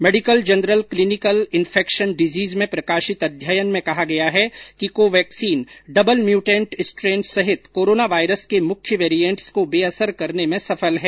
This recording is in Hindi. medical journal clinical infection disease में प्रकाशित अध्ययन में कहा गया है कि कोवैक्सीन डबल म्यूमेंट स्ट्रन सहित कोरोना वायरस के मुख्य वैरिएंट्स को बेअसर करने में सफल है